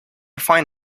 find